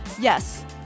Yes